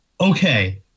okay